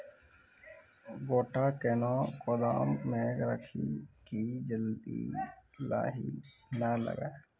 गोटा कैनो गोदाम मे रखी की जल्दी लाही नए लगा?